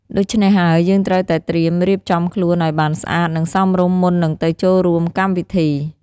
ដូច្នេះហើយយើងត្រូវតែត្រៀមរៀបចំខ្លួនអោយបានស្អាតនិងសមរម្យមុននិងទៅចូលរួមកម្មវិធី។